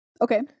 Okay